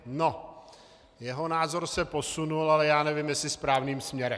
No, jeho názor se posunul, ale já nevím jestli správným směrem.